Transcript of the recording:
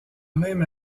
même